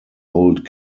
old